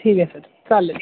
ठीक आहे सर चालेल